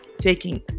taking